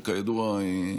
וכידוע,